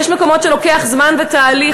יש מקומות שזה לוקח זמן ותהליך,